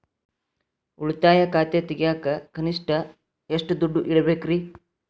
ಉಳಿತಾಯ ಖಾತೆ ತೆಗಿಯಾಕ ಕನಿಷ್ಟ ಎಷ್ಟು ದುಡ್ಡು ಇಡಬೇಕ್ರಿ?